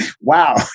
wow